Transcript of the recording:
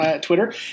Twitter